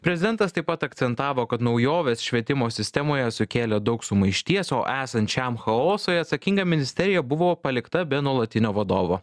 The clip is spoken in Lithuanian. prezidentas taip pat akcentavo kad naujovės švietimo sistemoje sukėlė daug sumaišties o esant šiam chaosui atsakinga ministerija buvo palikta be nuolatinio vadovo